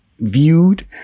viewed